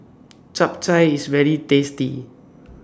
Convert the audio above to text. Japchae IS very tasty